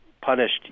punished